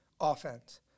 offense